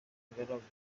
ingaragu